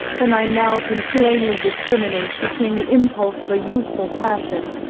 and i now can plainly discriminate between the impulse of a youthful passion,